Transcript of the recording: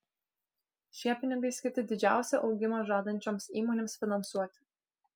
šie pinigai skirti didžiausią augimą žadančioms įmonėms finansuoti